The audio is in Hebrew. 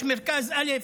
יש מרכז א',